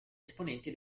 esponenti